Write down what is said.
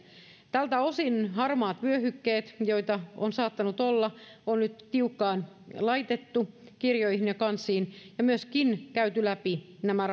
tältä osin harmaat vyöhykkeet joita on saattanut olla on nyt tiukkaan laitettu kirjoihin ja kansiin ja on myöskin käyty läpi nämä